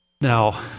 Now